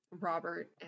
Robert